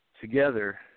together